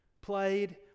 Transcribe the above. played